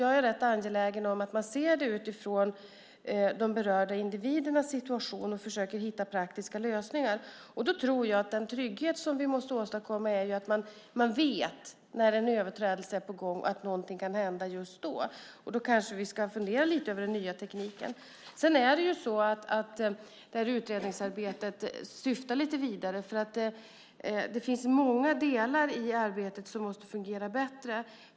Jag är rätt angelägen om att man ser det utifrån de berörda individernas situation och försöker hitta praktiska lösningar. Jag tror att vi måste åstadkomma en sådan trygghet att man vet när en överträdelse är på gång och att någonting kan hända just då. Då kanske vi ska fundera lite över den nya tekniken. Det här utredningsarbetet syftar lite vidare. Det finns många delar i arbetet som måste fungera bättre.